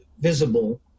visible